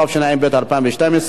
התשע"ב 2012,